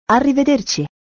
Arrivederci